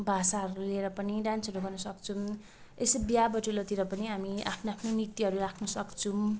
भाषाहरू लिएर पनि डान्सहरू गर्नसक्छौँ यसै बिहाबटुलहरूतिर पनि हामी आफ्नो आफ्नो नृत्यहरू राख्नसक्छौँ